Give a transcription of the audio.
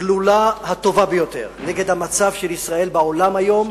הגלולה הטובה ביותר נגד המצב של ישראל בעולם היום,